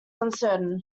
uncertain